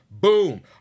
boom